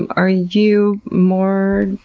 and are you more,